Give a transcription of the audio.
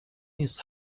نیست